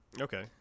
okay